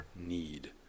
need